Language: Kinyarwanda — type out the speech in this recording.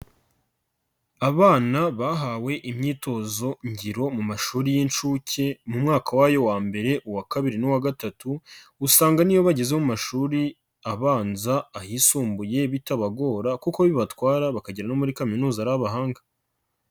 Abana bahawe imyitozo ngiro mu mashuri y'inshuke mu mwaka wayo wa mbere, uwa kabiri n'uwa gatatu, usanga niyo bagezeho mu mashuri abanza, ayisumbuye bitabagora kuko bibatwara bakajya no muri kaminuza ari abahanga.